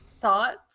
thoughts